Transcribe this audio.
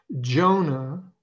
Jonah